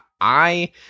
I-